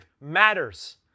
matters